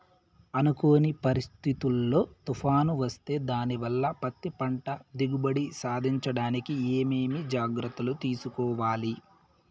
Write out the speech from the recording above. అనుకోని పరిస్థితుల్లో తుఫాను వస్తే దానివల్ల పత్తి పంట దిగుబడి సాధించడానికి ఏమేమి జాగ్రత్తలు తీసుకోవాలి?